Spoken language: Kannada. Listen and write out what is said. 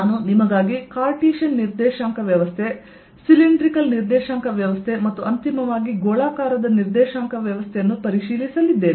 ನಾನು ನಿಮಗಾಗಿ ಕಾರ್ಟಿಸಿಯನ್ ನಿರ್ದೇಶಾಂಕ ವ್ಯವಸ್ಥೆ ಸಿಲಿಂಡ್ರಿಕಲ್ ನಿರ್ದೇಶಾಂಕ ವ್ಯವಸ್ಥೆ ಮತ್ತು ಅಂತಿಮವಾಗಿ ಗೋಳಾಕಾರದ ನಿರ್ದೇಶಾಂಕ ವ್ಯವಸ್ಥೆಯನ್ನು ಪರಿಶೀಲಿಸಲಿದ್ದೇನೆ